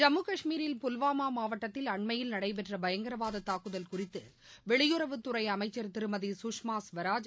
ஜம்மு கஷ்மீரில் புல்வாமா மாவட்டத்தில் அண்மையில் நடைபெற்ற பயங்கரவாத தாக்குதல் குறித்து வெளியுறவுத்துறை அமைச்சர் திருமதி கஷ்மா ஸ்வராஜ்